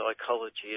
psychology